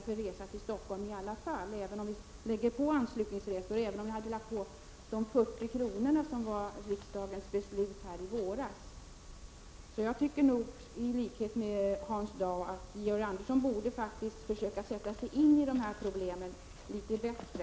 för resan till Stockholm, även om vi lägger på en anslutningsresa och de 40 kronorna enligt riksdagens beslut i våras. Jag tycker därför i likhet med Hans Dau att Georg Andersson borde försöka sätta sig in i dessa problem litet bättre.